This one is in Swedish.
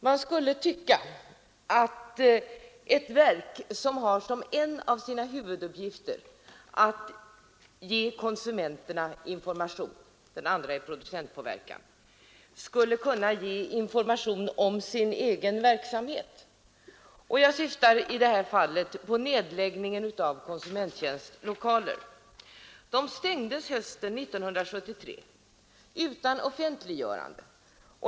Man skulle ju tycka att ett verk som har som en av sina huvuduppgifter att meddela konsumenterna information — den andra huvuduppgiften är producentpåverkan — borde kunna ge information om sin egen verksamhet. Jag syftar här på nedläggningen av konsumenttjänsts lokaler. De stängdes hösten 1973 utan offentliggörande.